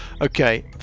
Okay